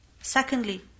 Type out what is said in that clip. Secondly